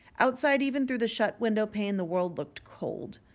outside, even through the shut window-pane, the world looked cold.